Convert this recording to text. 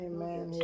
Amen